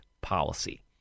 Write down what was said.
policy